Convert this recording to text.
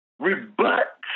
rebut